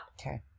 Okay